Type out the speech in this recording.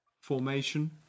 Formation